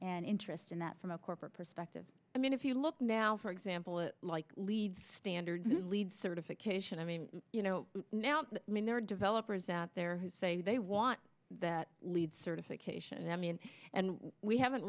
and interest in that from a corporate perspective i mean if you look now for example like leave standard lead certification i mean you know now there are developers out there who say they want that lead certification i mean and we haven't